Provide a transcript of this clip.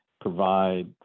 provide